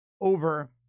over